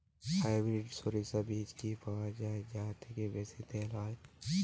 Hybrid শরিষা বীজ কি পাওয়া য়ায় যা থেকে বেশি তেল হয়?